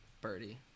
Birdie